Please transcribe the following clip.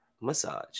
Massage